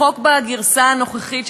החוק בגרסה הנוכחית שלו,